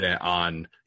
on